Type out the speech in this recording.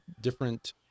Different